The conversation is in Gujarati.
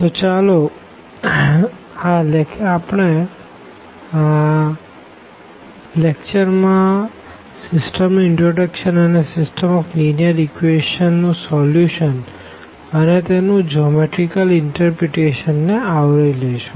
તો આપણે આ લેકચર માં સીસ્ટમ નું ઇનટ્રોડકશન અને સીસ્ટમ ઓફ લીનીઅર ઇક્વેશંસ નું સોલ્યુશન અને તેનું જીઓમેટરીકલ ઇનટરપ્રીટેશન ને આવરી લેશું